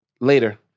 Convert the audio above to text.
later